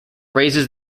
raises